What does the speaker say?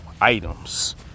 items